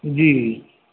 जी